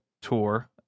tour